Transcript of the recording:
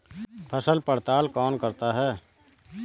फसल पड़ताल कौन करता है?